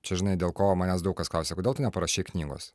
čia žinai dėl ko manęs daug kas klausia kodėl tu neparašei knygos